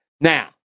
Now